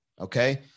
Okay